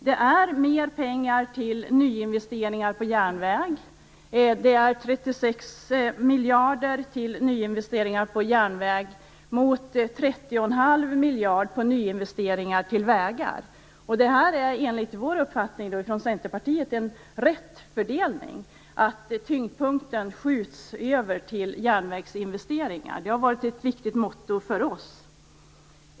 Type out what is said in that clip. Det är fråga om 36 Det är enligt Centerpartiets uppfattning en riktig fördelning. Att tyngdpunkten skall skjutas över till järnvägsinvesteringar har varit ett viktigt motto för oss.